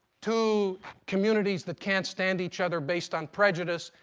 two communities that can't stand each other based on prejudice.